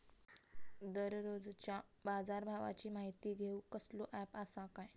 दररोजच्या बाजारभावाची माहिती घेऊक कसलो अँप आसा काय?